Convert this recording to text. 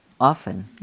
often